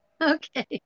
Okay